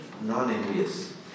non-envious